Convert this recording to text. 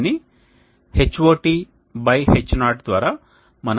దీనిని Hot H0 ద్వారా మనం కనుగొనవచ్చు